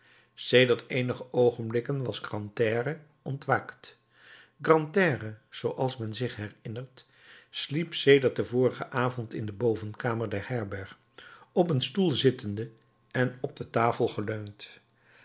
sedert eenige oogenblikken was grantaire ontwaakt grantaire zooals men zich herinnert sliep sedert den vorigen avond in de bovenkamer der herberg op een stoel zittende en op de tafel